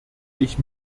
ich